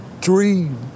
dream